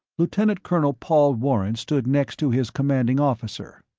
lieutenant colonel paul warren stood next to his commanding officer.